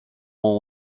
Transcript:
grand